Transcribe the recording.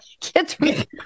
kids